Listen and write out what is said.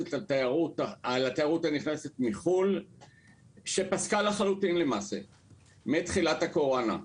מבוססת על התיירות הנכנסת מחו"ל שלמעשה פסקה לחלוטין מתחילת הקורונה.